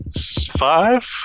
five